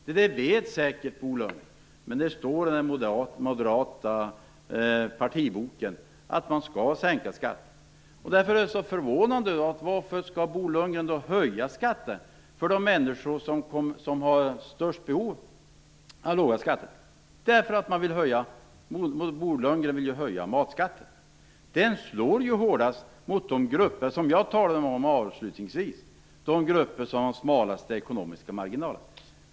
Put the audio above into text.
Detta vet säkert Bo Lundgren, men det står i det moderata partiprogrammet att man skall sänka skatterna. Men varför skall Bo Lundgren då höja skatten för de människor som har störst behov av låga skatter? Bo Lundgren vill ju höja matskatten, och den slår hårdast mot de grupper som jag avslutningsvis talade om, de grupper som har de smalaste ekonomiska marginalerna.